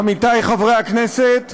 עמיתי חברי הכנסת,